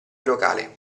locale